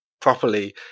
properly